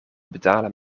betalen